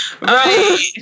Right